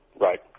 Right